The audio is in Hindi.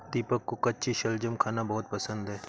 दीपक को कच्ची शलजम खाना बहुत पसंद है